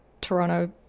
Toronto